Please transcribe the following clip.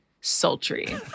sultry